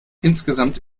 insgesamt